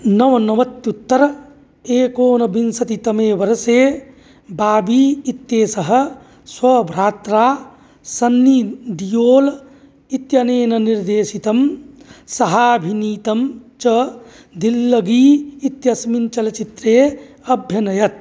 नवनवत्युत्तरेकोनविंशतितमेवर्षे बाबी इत्यस्य स्वभ्रात्रा सन्नीडियोल् इत्यनेन निर्देशितं सहाभिनीतं च दिल्लबी इत्यस्मिन् चलच्चित्रे अभ्यनयत्